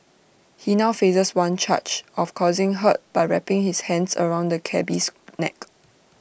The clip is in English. he now faces one charge of causing hurt by wrapping his hands around the cabby's neck